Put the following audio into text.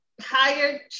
hired